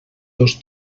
dos